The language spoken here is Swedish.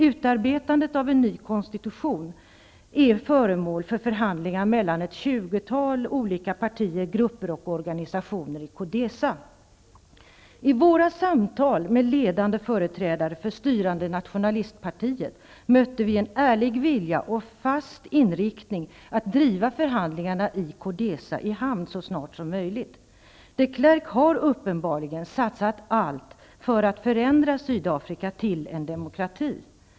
Utarbetandet av en ny konstitution är föremål för förhandlingar mellan ett tjugotal olika partier, grupper och organisationer i CODESA. I våra samtal med ledande företrädare för det styrande nationalistpartiet mötte vi en ärlig vilja och fast inriktning att driva förhandlingarna i CODESA i hamn så snart som möjligt. De Klerk har uppenbarligen satsat allt på att förändra Sydafrika till en demokrati.